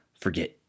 forget